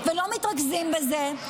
ולא מתרכזים בזה,